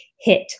hit